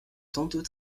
tantôt